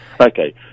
Okay